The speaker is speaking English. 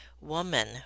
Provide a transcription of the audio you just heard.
woman